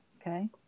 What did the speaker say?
okay